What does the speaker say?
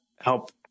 help